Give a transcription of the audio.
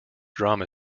drama